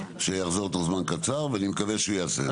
שיחזור תוך זמן קצר ואני מקווה שהוא יעשה את זה.